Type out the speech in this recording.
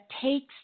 takes